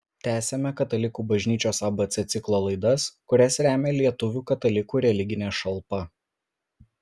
tęsiame katalikų bažnyčios abc ciklo laidas kurias remia lietuvių katalikų religinė šalpa